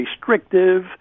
restrictive